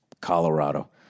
Colorado